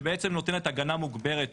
שנותנת הגנה מוגברת